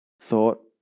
thought